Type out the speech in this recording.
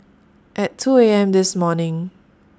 At two A M This morning